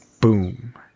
boom